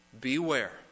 Beware